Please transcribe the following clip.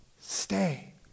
Stay